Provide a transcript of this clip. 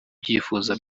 ibyifuzo